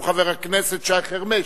הוא חבר הכנסת שי חרמש,